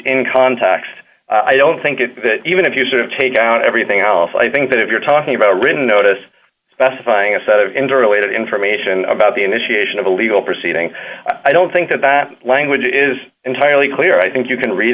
in context i don't think it that even if you sort of take out everything else i think that if you're talking about a written notice specifying a set of interrelated information about the initiation of a legal proceeding i don't think that that language is entirely clear i think you can read